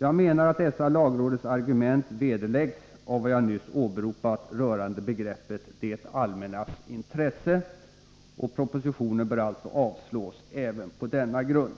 Jag menar att dessa lagrådets argument vederläggs av vad jag nyss åberopat rörande begreppet ”det allmännas intresse”. Propositionen bör alltså avslås även på denna grund.